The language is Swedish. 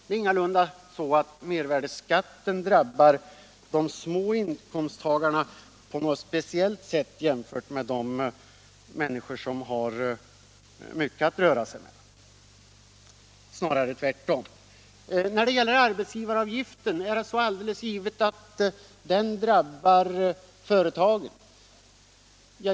Det är ingalunda så att mervärdeskatten drabbar de små inkomsttagarna på något speciellt sätt jämfört med de människor som har mycket att röra sig med, snarare tvärtom. Är det då alldeles givet att arbetsgivaravgiften drabbar företagen?